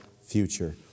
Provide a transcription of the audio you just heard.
future